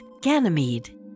Ganymede